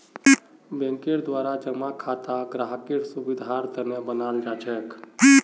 बैंकेर द्वारा जमा खाता ग्राहकेर सुविधार तने बनाल जाछेक